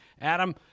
Adam